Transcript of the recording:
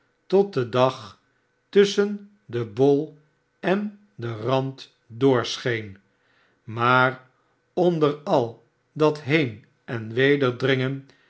tot de dag tusschen den bol en den rand doorscheen maar onder al dat heen en weder dringen